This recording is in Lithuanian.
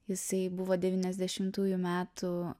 jisai buvo devyniasdešimtųjų metų